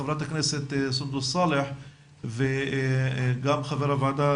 חברת הכנסת סונדוס סאלח וגם חבר הוועדה,